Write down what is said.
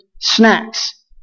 snacks